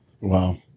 Wow